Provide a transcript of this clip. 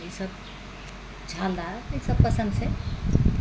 ईसब हमरा ईसब पसन्द छै